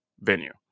venue